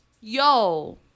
yo